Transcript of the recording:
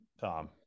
Tom